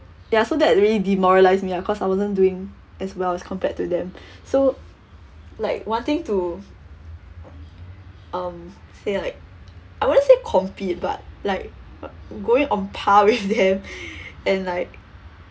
ya so that really demoralised me ah cause I wasn't doing as well as compared to them so like wanting to um say like I wouldn't say compete but like going on par with them and like